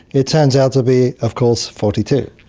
it turns out to be of course forty two.